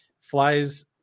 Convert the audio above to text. flies